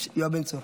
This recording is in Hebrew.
יש, יואב בן צור.